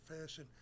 fashion